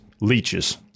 leeches